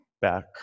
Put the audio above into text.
back